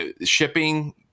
shipping